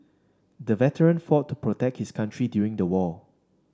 the veteran fought to protect his country during the war